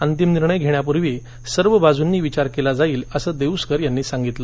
अंतिम निर्णय घेण्यापूर्वी सर्व बाजूंनी विचार केला जाईल असं देऊस्कर यांनी सांगितलं